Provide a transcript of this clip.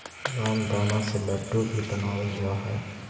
रामदाना से लड्डू भी बनावल जा हइ